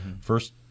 first